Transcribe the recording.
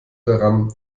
daran